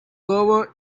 lower